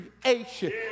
creation